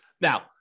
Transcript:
Now